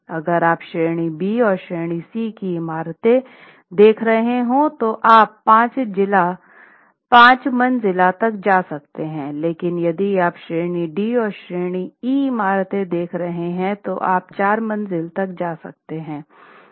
अगर आप श्रेणी बी और श्रेणी सी इमारतें देख रहे हो तो आप 5 मंजिला तक जा सकते हैं लेकिन यदि आप श्रेणी डी और श्रेणी ई इमारतें देख रहे हैं तो आप 4 मंजिला तक जा सकते हैं